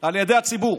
על ידי הציבור.